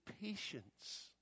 patience